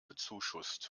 bezuschusst